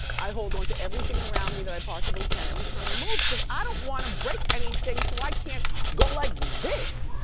i hold on to everything around me that i possibly can every time i move cause i don't wanna break anything so i can go like this.